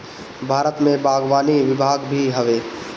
भारत में बागवानी विभाग भी हवे